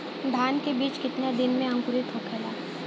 धान के बिज कितना दिन में अंकुरित होखेला?